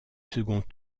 second